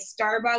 Starbucks